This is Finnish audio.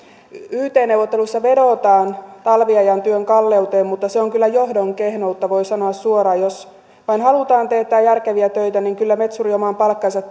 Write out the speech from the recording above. yt neuvotteluissa vedotaan talviajan työn kalleuteen mutta se on kyllä johdon kehnoutta voi sanoa suoraan jos vain halutaan teettää järkeviä töitä niin kyllä metsuri oman palkkansa